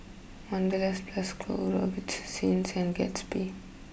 Wanderlust Plus Co Robitussin and Gatsby